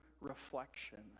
reflection